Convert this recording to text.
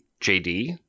JD